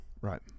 Right